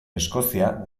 eskozia